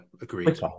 agreed